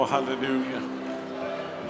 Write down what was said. Hallelujah